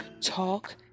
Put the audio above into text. talk